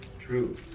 True